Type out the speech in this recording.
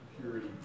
purity